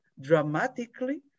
dramatically